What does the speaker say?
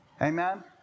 Amen